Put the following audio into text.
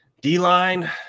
D-line